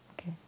Okay